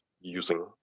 using